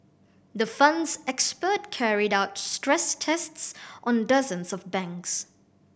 the Fund's expert carried out stress tests on dozens of banks